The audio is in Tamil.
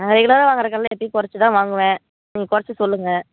நான் ரெகுலராக வாங்கற கடையில் எப்போயும் குறச்சி தான் வாங்குவேன் நீங்கள் குறச்சி சொல்லுங்கள்